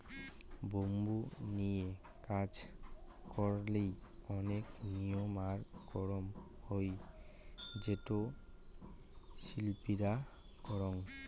bamboo লিয়ে কাজ করঙ্গের অনেক নিয়ম আর রকম হই যেটো শিল্পীরা করাং